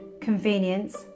convenience